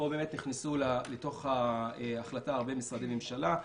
ופה נכנסו להחלטה הרבה משרדי ממשלה.